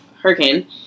hurricane